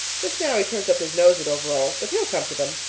just now he turns up his nose at overalls, but he'll come to them.